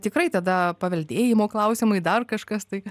tikrai tada paveldėjimo klausimai dar kažkas tai